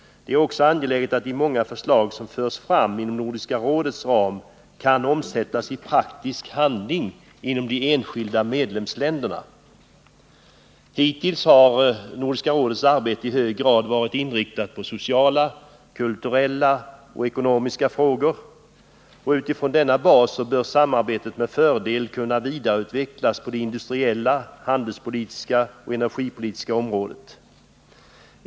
Det är också angeläget att de många förslag som förts fram inom Nordiska rådets ram kan omsättas i praktisk handling inom de enskilda medlemsländerna. Hittills har Nordiska rådets arbete i hög grad varit inriktat på sociala, kulturella och ekonomiska frågor. Utifrån denna bas bör samarbetet med fördel kunna vidareutvecklas på det industriella, handelspolitiska och energipolitiska området.